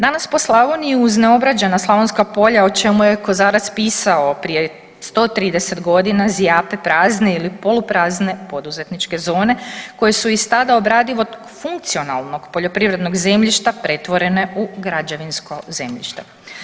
Danas po Slavoniji uz neobrađena slavonska polja o čemu je Kozarac pisao 130 godina zjape prazne ili poluprazne poduzetničke zone koje su iz tada obradivog funkcionalnog poljoprivrednog zemljišta pretvorene u građevinsko zemljište.